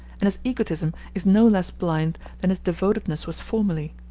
and his egotism is no less blind than his devotedness was formerly.